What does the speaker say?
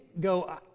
go